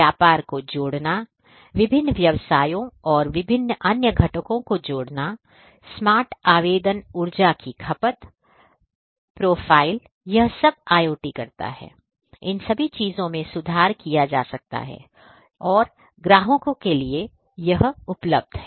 व्यापार को जोड़ना विभिन्न व्यवसायों और विभिन्न अन्य घटकों को जोड़ना स्मार्ट आवेदन ऊर्जा की खपत प्रोफाइल यह सब IOT करता है इन सभी चीजों में सुधार किया जा सकता है और ग्राहकों के लिए उपलब्ध है